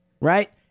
right